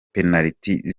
penaliti